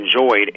enjoyed